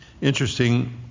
interesting